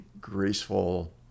graceful